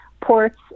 ports